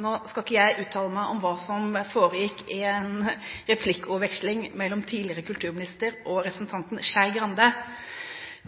Nå skal ikke jeg uttale meg om hva som foregikk i en replikkordveksling mellom tidligere kulturminister og representanten Skei Grande.